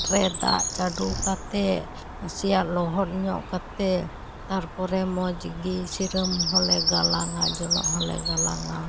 ᱨᱮ ᱫᱟᱜ ᱪᱟᱹᱰᱚ ᱠᱟᱛᱮ ᱱᱟᱥᱮᱭᱟᱜ ᱞᱚᱦᱚᱫ ᱧᱚᱜ ᱠᱟᱛᱮ ᱛᱟᱨᱯᱚᱨᱮ ᱢᱚᱡᱽ ᱜᱤ ᱥᱤᱨᱟᱹᱢ ᱦᱚᱞᱮ ᱜᱟᱞᱟᱝᱼᱟ ᱡᱚᱱᱚᱜ ᱦᱚᱸ ᱞᱮ ᱜᱟᱞᱟᱝᱼᱟ